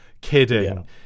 Kidding